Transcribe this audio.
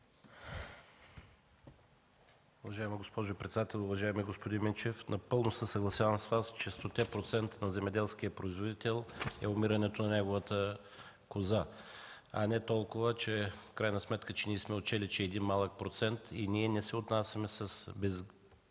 Уважаема госпожо председател! Уважаеми господин Минчев, напълно се съгласявам с Вас, че стоте процента на земеделския производител е умирането на неговата коза, а не толкова, че в крайна сметка ние сме отчели, че е един малък процент. Ние не се отнасяме с безгрижие